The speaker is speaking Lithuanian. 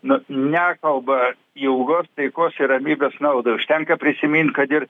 nu nekalba ilgos taikos ir ramybės naudai užtenka prisimint kad ir